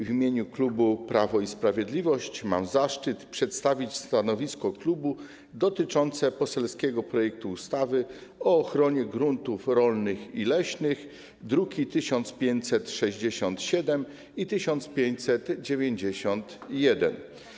W imieniu klubu Prawo i Sprawiedliwość mam zaszczyt przedstawić stanowisko klubu dotyczące poselskiego projektu ustawy o zmianie ustawy o ochronie gruntów rolnych i leśnych, druki nr 1567 i 1591.